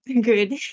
Good